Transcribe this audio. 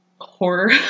Horror